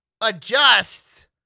adjusts